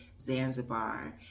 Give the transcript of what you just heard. Zanzibar